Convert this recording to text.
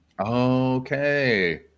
Okay